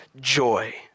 joy